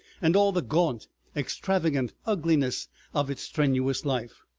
and all the gaunt extravagant ugliness of its strenuous life?